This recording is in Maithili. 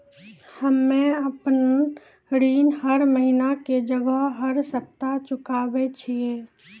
हम्मे आपन ऋण हर महीना के जगह हर सप्ताह चुकाबै छिये